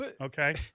okay